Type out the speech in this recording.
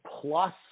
plus